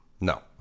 No